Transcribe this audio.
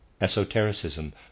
Esotericism